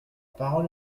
parole